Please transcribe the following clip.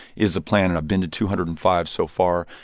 is the plan. and i've been to two hundred and five so far.